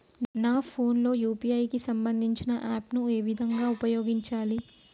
నా ఫోన్ లో యూ.పీ.ఐ కి సంబందించిన యాప్ ను ఏ విధంగా ఉపయోగించాలి?